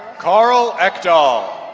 carl ekdahl.